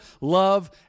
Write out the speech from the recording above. love